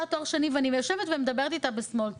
תואר שני ואני יושבת ומדברת איתה ב'סמול טוק',